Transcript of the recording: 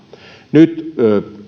nyt